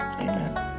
amen